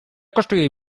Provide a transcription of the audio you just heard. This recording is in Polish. kosztuje